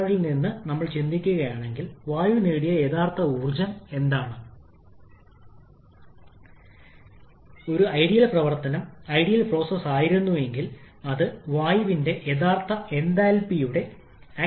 ഒരിക്കൽ നിങ്ങൾ അവയെ സംയോജിപ്പിച്ചുകഴിഞ്ഞാൽ 𝑤𝑛𝑒𝑡 𝑤𝑡 − 𝑤𝑐 നെറ്റ് പവർ ഔട്ട്പുട്ട് തുല്യമായിരിക്കണം 𝑤𝑛𝑒̇ 𝑡 𝑚̇ 𝑤𝑛𝑒𝑡 എല്ലാ അക്കങ്ങളും നൽകിയുകഴിഞ്ഞാൽ നെറ്റ് പവർ ഔട്ട്പുട്ട് ഇതായിരിക്കും 1